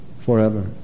forever